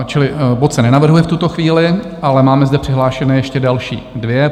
Čili bod se nenavrhuje v tuto chvíli, ale máme zde přihlášené ještě další dvě.